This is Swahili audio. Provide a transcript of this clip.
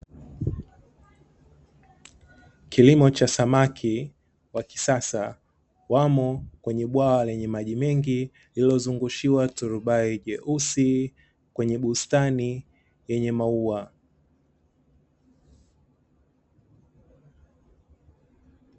Kilimo cha samaki wa kisasa. Wamo kwenye bwawa lenye maji mengi lililozungushiwa turubai jeusi kwenye bustani yenye maua.